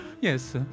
Yes